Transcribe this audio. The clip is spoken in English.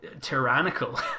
tyrannical